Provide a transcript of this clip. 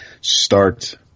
start